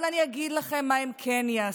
אבל אני אגיד לכם מה הם כן יעשו: